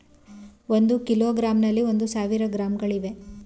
ಒಂದು ಕಿಲೋಗ್ರಾಂನಲ್ಲಿ ಒಂದು ಸಾವಿರ ಗ್ರಾಂಗಳಿವೆ